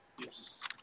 Yes